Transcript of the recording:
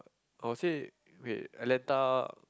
I would say wait Atlanta